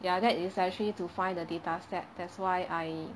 ya that is actually to find the data set that's why I